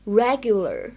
regular